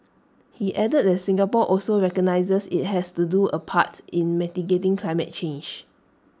he added that Singapore also recognises IT has to do A part in mitigating climate change